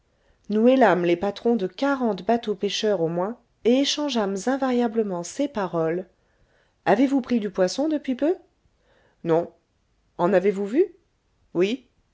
nous hélâmes les patrons de quarante bateaux pêcheurs au moins et échangeâmes invariablement ces paroles avez-vous pris du poisson depuis peu non en avez-vous vu oui